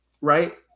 right